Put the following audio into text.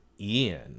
Ian